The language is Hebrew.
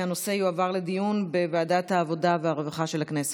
הנושא יועבר לדיון בוועדת העבודה והרווחה של הכנסת.